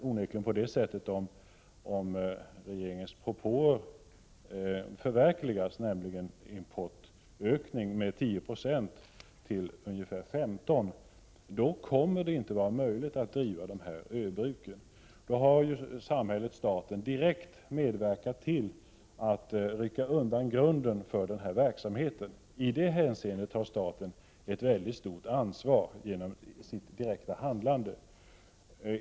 Om regeringens propåer förverkligas om en importökning med 10 9 till ungefär 15 96, 95 kommer det inte att vara möjligt att driva dessa ö-bruk. Då har staten direkt medverkat till att rycka undan grunden för denna verksamhet. I det hänseendet har staten ett mycket stort ansvar genom sitt direkta handlande.